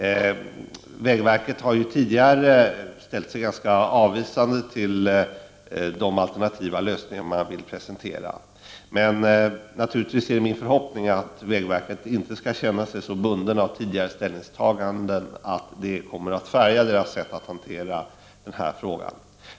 Vägverket har ju tidigare varit ganska avvisande till olika alternativa lösningar. Naturligtvis är det ändå min förhoppning att man vid vägverket inte skall känna sig så bunden av tidigare ställningstaganden att det kommer att avspegla sig i vägverkets sätt att hantera frågan.